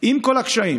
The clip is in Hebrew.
עם כל הקשיים,